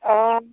অ'